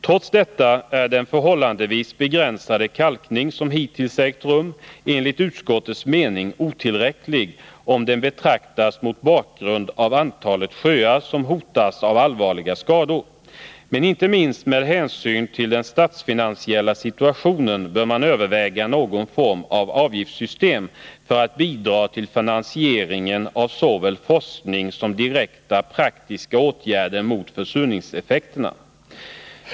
Trots detta är den förhållandevis begränsade kalkning som hittills ägt rum enligt utskottets mening otillräcklig om den betraktas mot bakgrund av antalet sjöar som hotas av allvarliga skador. Men inte minst med hänsyn till den statsfinansiella situationen bör man överväga någon form av avgiftssystem för att bidra till finansieringen av såväl forskning som direkta praktiska åtgärder mot försurningseffekterna.